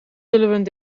zullen